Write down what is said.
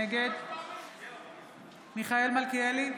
נגד מיכאל מלכיאלי,